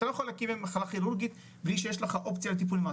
אתה לא יכול להקים מחלקה כירורגית בלי שיש לך אופציה לטיפול נמרץ,